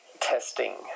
testing